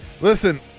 Listen